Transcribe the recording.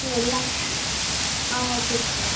இது எல்லாமே ஆ ஓகே சார்